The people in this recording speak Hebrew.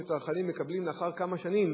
שצרכנים מקבלים לאחר כמה שנים